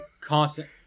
Constant